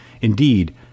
Indeed